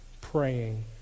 praying